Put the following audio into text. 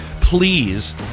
Please